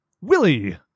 Willie